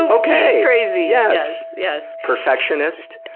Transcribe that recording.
okay crazy, yes! yes! perfectionist.